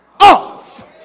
off